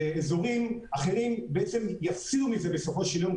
שאזורים אחרים בעצם יפסידו מזה בסופו של יום,